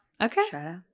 Okay